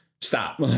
Stop